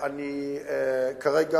כרגע,